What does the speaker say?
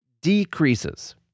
decreases